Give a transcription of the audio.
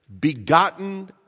begotten